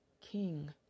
King